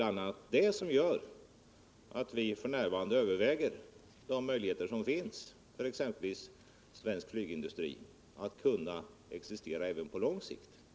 a. detta gör att vi f.n. överväger de möjligheter som finns för exempelvis svensk flygindustri att existera även på lång sikt.